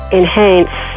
enhance